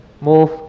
move